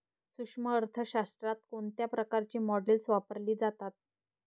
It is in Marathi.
सूक्ष्म अर्थशास्त्रात कोणत्या प्रकारची मॉडेल्स वापरली जातात?